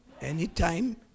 anytime